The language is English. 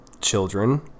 children